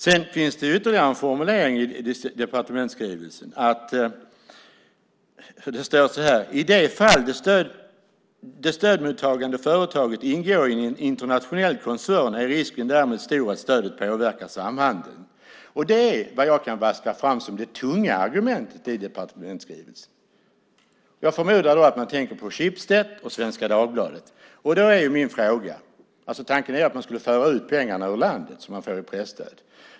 Det finns ytterligare en formulering i departementsskrivelsen där det står så här: I det fall det stödmottagande företaget ingår i en internationell koncern är risken därmed stor att stödet påverkar samhandeln. Det är vad jag kan vaska fram som det tunga argumentet i departementsskrivelsen. Jag förmodar då att man tänker på Schibsteds och Svenska Dagbladet. Tanken är att man skulle föra ut pengarna som man får i presstöd ur landet.